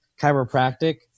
Chiropractic